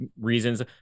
reasons